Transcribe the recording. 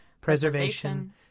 preservation